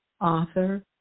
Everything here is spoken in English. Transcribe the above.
author